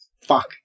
Fuck